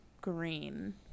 green